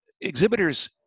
exhibitors